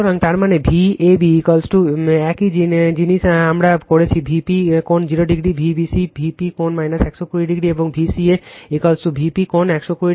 সুতরাং তার মানে Vab একই জিনিস আমরা করেছি Vp কোণ 0o Vbc Vp কোণ 120o এবং Vca Vp কোণ 120o